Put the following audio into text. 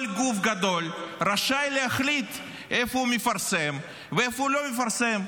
כל גוף גדול רשאי להחליט איפה הוא מפרסם ואיפה הוא לא מפרסם.